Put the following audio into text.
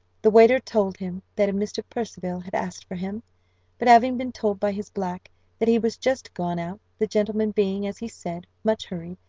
the waiter told him that a mr. percival had asked for him but, having been told by his black that he was just gone out, the gentleman being, as he said, much hurried,